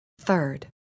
Third